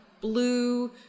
blue